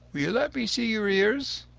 will you let me see your ears?